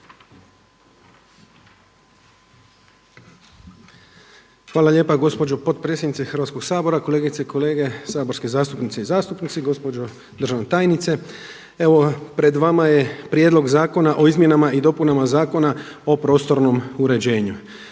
Hvala lijepa. Gospođo potpredsjednice Hrvatskoga sabora, kolegice i kolege saborski zastupnici, gospođo državna tajnice! Evo gospodo i gospođe zastupnici pred vama je Prijedlog zakona o izmjenama i dopunama Zakona o postupanju